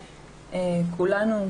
כולנו,